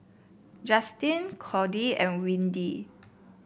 Justin Cordie and Windy